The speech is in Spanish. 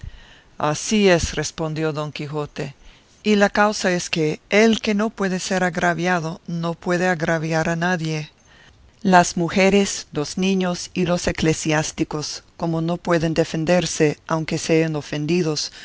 así es respondió don quijote y la causa es que el que no puede ser agraviado no puede agraviar a nadie las mujeres los niños y los eclesiásticos como no pueden defenderse aunque sean ofendidos